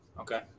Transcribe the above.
Okay